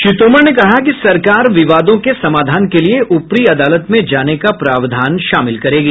श्री तोमर ने कहा कि सरकार विवादों के समाधान के लिए ऊपरी अदालत में जाने का प्रावधान शामिल करेगी